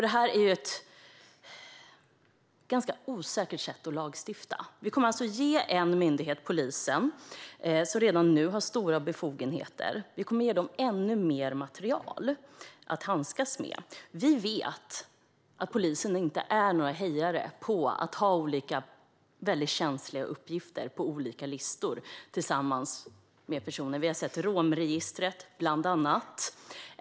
Det här är ett ganska osäkert sätt att lagstifta på. Vi kommer alltså att ge en myndighet, polisen, som redan nu har stora befogenheter ännu mer material att handskas med. Vi vet att man inom polisen inte är någon hejare på ha väldigt känsliga uppgifter på olika listor tillsammans med personuppgifter. Ett exempel på det är romregistret.